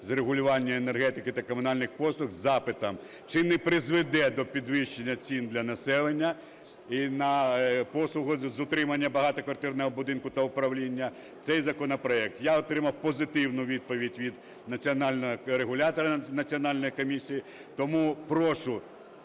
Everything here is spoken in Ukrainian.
з регулювання енергетики та комунальних послуг з запитом: чи не призведе до підвищення цін для населення і на послуги з утримання багатоквартирного будинку та управління цей законопроект. Я отримав позитивну відповідь від регулятора національної комісії. Тому прошу